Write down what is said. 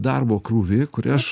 darbo krūvį kurį aš